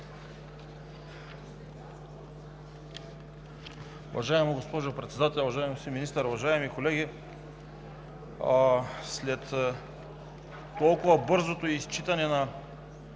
Уважаема госпожо Председател, уважаеми господин Министър, уважаеми колеги! След толкова бързото изчитане на